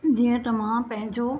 जीअं त मां पंहिंजो